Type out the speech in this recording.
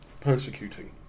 persecuting